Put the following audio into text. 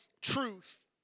truth